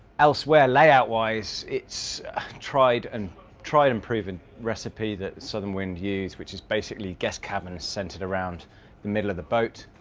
elsewhere layout-wise it's a and tried and proven recipe that southern wind used, which is basically guest cabin centered around the middle of the boat,